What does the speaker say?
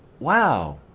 wow